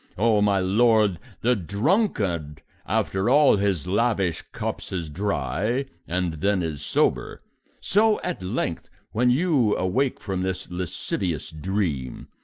o my lord, the drunkard after all his lavish cups is dry, and then is sober so at length, when you awake from this lascivious dream,